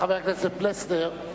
חבר הכנסת פלסנר,